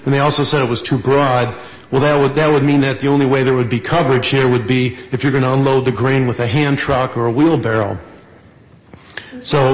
and they also say it was too broad well that would that would mean that the only way there would be coverage here would be if you're going to unload the grain with a hand truck or a wheelbarrow so